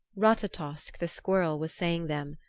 ratatosk the squirrel was saying them.